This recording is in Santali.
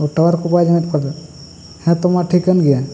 ᱴᱟᱣᱟᱨ ᱠᱚ ᱵᱟᱭ ᱧᱟᱢᱮᱫ ᱠᱚᱫᱚ ᱦᱮᱸ ᱛᱚ ᱢᱟ ᱴᱷᱤᱠᱟᱹᱱ ᱜᱮᱭᱟ